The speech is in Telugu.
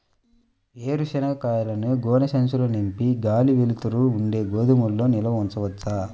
వేరుశనగ కాయలను గోనె సంచుల్లో నింపి గాలి, వెలుతురు ఉండే గోదాముల్లో నిల్వ ఉంచవచ్చా?